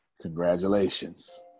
Congratulations